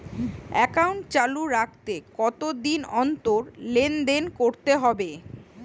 Account চালু রাখতে কতদিন অন্তর লেনদেন করতে হবে?